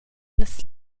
las